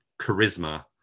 charisma